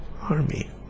army